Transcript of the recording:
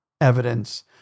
evidence